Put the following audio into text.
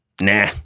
nah